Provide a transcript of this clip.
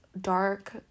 dark